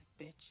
bitch